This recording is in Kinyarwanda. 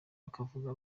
bakavuga